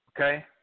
Okay